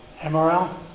MRL